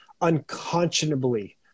unconscionably